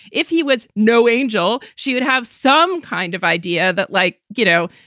if he was no angel. she would have some kind of idea that, like, you know,